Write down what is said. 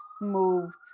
moved